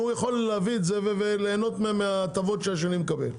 שהוא יכול להביא את זה וליהנות מההטבות שהשני מקביל.